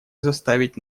заставить